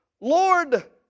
Lord